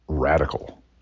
radical